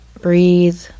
breathe